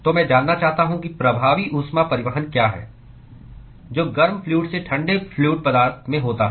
तो मैं जानना चाहता हूं कि प्रभावी ऊष्मा परिवहन क्या है जो गर्म फ्लूअड से ठंडे फ्लूअड पदार्थ में होता है